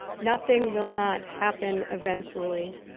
nothing will not happen eventually.